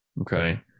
Okay